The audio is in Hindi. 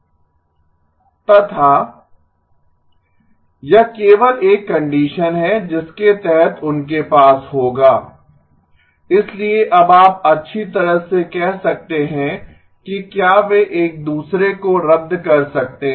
तथा यह केवल एक कंडीशन है जिसके तहत उनके पास होगा इसलिए अब आप अच्छी तरह से कह सकते हैं कि क्या वे एक दूसरे को रद्द कर सकते हैं